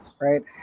right